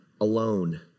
alone